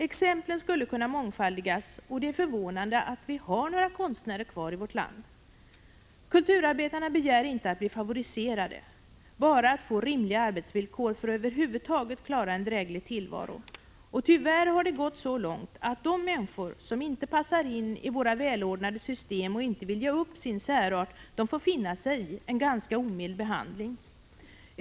Exemplen skulle kunna mångfaldigas, och det är förvånande att vi fortfarande har några konstnärer kvar i vårt land. Kulturarbetarna begär inte att bli favoriserade, bara att få rimliga arbetsvillkor för att över huvud taget kunna klara av att föra en dräglig tillvaro. Tyvärr har det gått så långt att de människor som inte passar in i våra välordnade system och inte vill ge upp sin särart får finna sig i en ganska omild behandling.